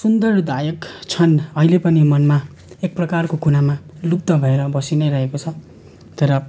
सुन्दरदायक क्षण अहिले पनि मनमा एक प्रकारको कुनामा लुप्त भएर बसिनै रहेको छ तर